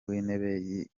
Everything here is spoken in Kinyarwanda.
w’intebe